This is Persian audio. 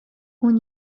اون